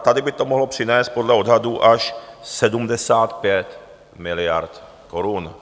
Tady by to mohlo přinést podle odhadů až 75 miliard korun.